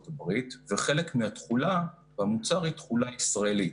הברית וחלק מהתכולה במוצר היא תכולה ישראלית,